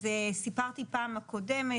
אז סיפרתי בפעם הקודמת,